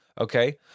Okay